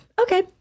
Okay